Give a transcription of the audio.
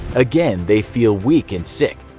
again they feel weak and sick.